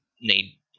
need